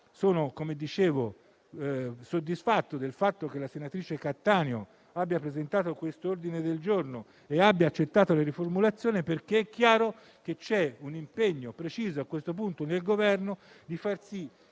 Come dicevo, sono soddisfatto del fatto che la senatrice Cattaneo abbia presentato quest'ordine del giorno e abbia accettato le riformulazioni, perché è chiaro che c'è un impegno preciso del Governo a far sì